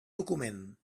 document